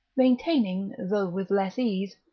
maintaining, though with less ease,